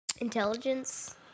Intelligence